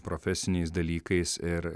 profesiniais dalykais ir